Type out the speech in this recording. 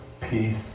peace